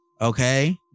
okay